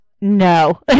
no